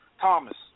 Thomas